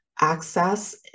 access